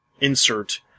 insert